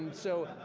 um so,